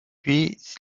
puis